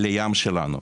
לים שלנו.